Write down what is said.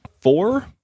Four